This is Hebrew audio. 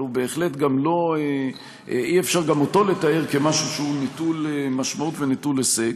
אבל אי-אפשר גם אותו לתאר כמשהו שהוא נטול משמעות ונטול הישג.